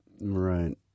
Right